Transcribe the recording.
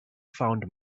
found